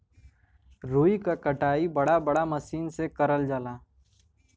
रुई क कटाई बड़ा बड़ा मसीन में करल जाला